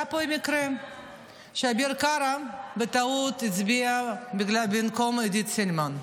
היה פה מקרה שאביר קארה הצביע בטעות במקום עידית סילמן,